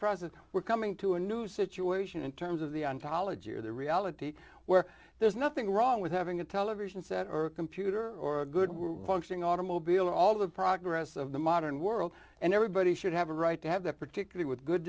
process we're coming to a new situation in terms of the ontology or the reality where there's nothing wrong with having a television set or a computer or a good functioning automobile and all the progress of the modern world and everybody should have a right to have that particularly with good